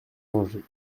danger